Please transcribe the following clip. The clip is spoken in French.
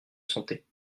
santé